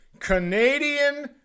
Canadian